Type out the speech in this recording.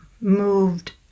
moved